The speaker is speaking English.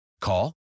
Call